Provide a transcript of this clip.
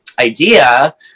idea